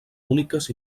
úniques